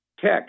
tech